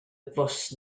bws